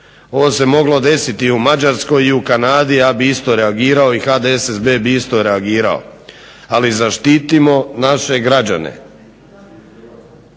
ovo se moglo desiti u Mađarskoj i u Kanadi ja bi isto reagirao i HDSSB bi isto reagirao. Ali zaštitimo naše građane,